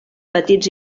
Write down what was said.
petits